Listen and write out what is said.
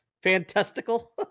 Fantastical